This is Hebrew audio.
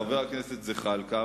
חבר הכנסת זחאלקה,